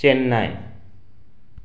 Chennai